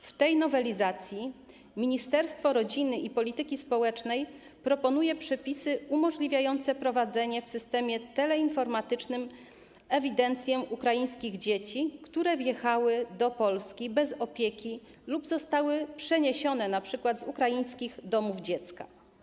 W tej nowelizacji Ministerstwo Rodziny i Polityki Społecznej proponuje przepisy umożliwiające prowadzenie w systemie teleinformatycznym ewidencji ukraińskich dzieci, które wjechały do Polski bez opieki lub zostały przeniesione np. z ukraińskich domów dziecka.